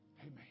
Amen